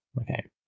Okay